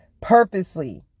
purposely